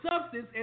substance